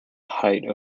height